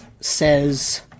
says